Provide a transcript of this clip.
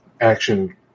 action